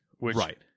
Right